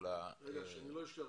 נמצאים.